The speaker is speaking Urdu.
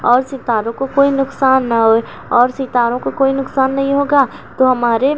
اور ستاروں کو کوئی نقصان نہ ہو اور ستاروں کو کوئی نقصان نہیں ہوگا تو ہمارے